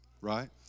right